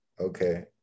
Okay